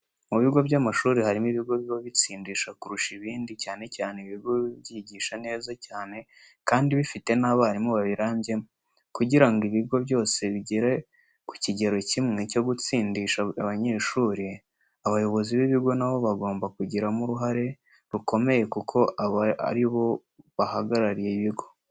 Mu bigo by'amashuri harimo iibigo biba bitsindisha kurusha ibindi cyane cyane ibigo biba byigisha neza cyane kandi bifite n'abarimu babirambyemo. Kugirango ibigo byose bigere ku kigero kimwe cyo gutsindisha abanyeshuri, abayobozi b'ibigo nabo bagomba kubigiramo uruhare rukomeye kuko aba ari bo bahagarariye ibigo.